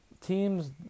teams